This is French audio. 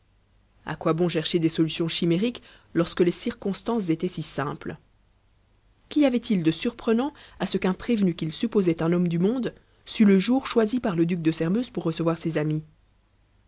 à quoi bon chercher des solutions chimériques lorsque les circonstances étaient si simples qu'y avait-il de surprenant à ce qu'un prévenu qu'il supposait un homme du monde sût le jour choisi par le duc de sairmeuse pour recevoir ses amis